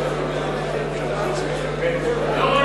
מי